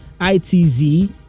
Itz